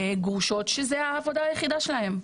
וגרושות שזאת העבודה היחידה שלהן.